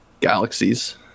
galaxies